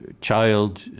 child